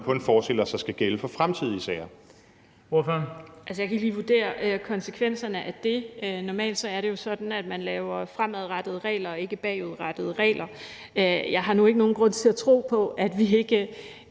Lorentzen Dehnhardt (SF): Altså, jeg kan ikke lige vurdere konsekvenserne af det. Normalt er det jo sådan, at man laver fremadrettede regler og ikke bagudrettede regler. Jeg har nu ikke nogen grund til at tro på, at vi ikke